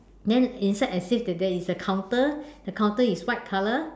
then I see there there is a counter the counter is white color